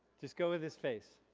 just go with his face.